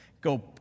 go